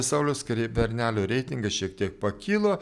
sauliaus skvernelio reitingas šiek tiek pakilo